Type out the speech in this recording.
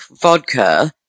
vodka